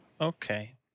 Okay